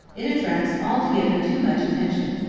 it attracts altogether too much attention.